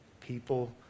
people